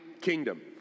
kingdom